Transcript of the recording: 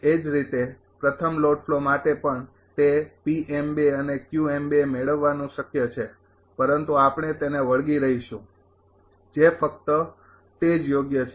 એ જ રીતે પ્રથમ લોડ ફ્લો માટે પણ તે અને મેળવવાનું શક્ય છે પરંતુ આપણે તેને વળગી રહીશું જે ફક્ત તે જ યોગ્ય છે